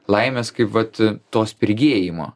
laimės kaip vat to spirgėjimo